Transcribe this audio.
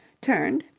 turned,